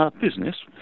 Business